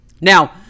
Now